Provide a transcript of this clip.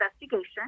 investigation